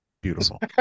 Beautiful